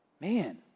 Man